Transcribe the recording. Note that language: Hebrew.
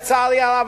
לצערי הרב,